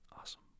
Awesome